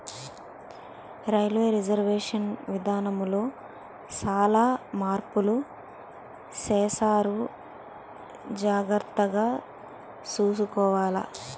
railway reservation విధానములో సాలా మార్పులు సేసారు జాగర్తగ సూసుకోవాల